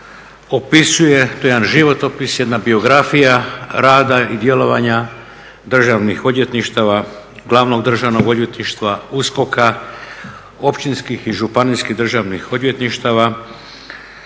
to je jedan životopis, jedna biografija rada i djelovanja državnih odvjetništava, glavnog državnog odvjetništva, USKOK-a, općinskih i županijskih državnih odvjetništava